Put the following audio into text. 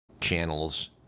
channels